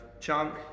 Chunk